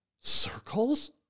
Circles